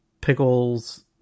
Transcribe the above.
pickles